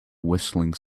whistling